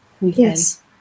yes